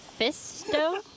Fisto